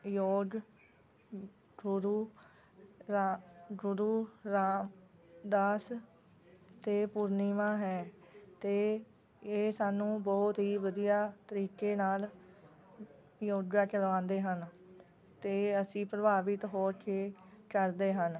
ਯੋਗ ਗੁਰੂ ਰਾ ਗੁਰੂ ਰਾਮਦਾਸ ਅਤੇ ਪੂਰਨੀਮਾ ਹੈ ਅਤੇ ਇਹ ਸਾਨੂੰ ਬਹੁਤ ਹੀ ਵਧੀਆ ਤਰੀਕੇ ਨਾਲ ਯੋਗਾ ਕਰਵਾਉਂਦੇ ਹਨ ਅਤੇ ਅਸੀਂ ਪ੍ਰਭਾਵਿਤ ਹੋ ਕੇ ਕਰਦੇ ਹਨ